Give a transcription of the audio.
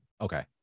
okay